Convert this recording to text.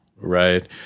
right